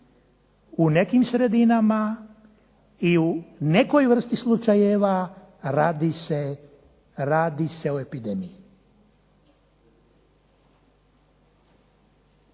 U nekim sredinama i u nekoj vrsti slučajeva radi se o epidemiji.